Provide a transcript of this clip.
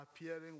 appearing